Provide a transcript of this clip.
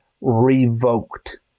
revoked